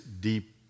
deep